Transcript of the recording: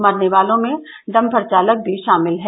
मरने वालों में डम्फर चालक भी षामिल है